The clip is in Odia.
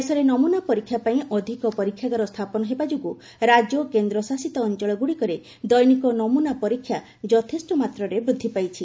ଦେଶରେ ନମ୍ରନା ପରୀକ୍ଷା ପାଇଁ ଅଧିକ ପରୀକ୍ଷାଗାର ସ୍ଥାପନ ହେବା ଯୋଗୁଁ ରାଜ୍ୟ ଓ କେନ୍ଦ୍ରଶାସିତ ଅଞ୍ଚଳଗ୍ରଡ଼ିକରେ ଦୈନିକ ନମ୍ରନା ପରୀକ୍ଷା ଯଥେଷ୍ଟ ମାତ୍ରାରେ ବୃଦ୍ଧି ପାଇଛି